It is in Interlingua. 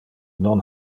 non